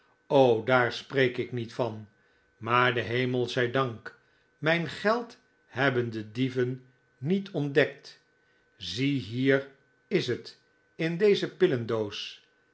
daar spreek ik niet van maar denhemel zij dank mijn geld hebben de dieven niet ontdekt zie hier is het in deze